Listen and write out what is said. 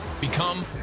Become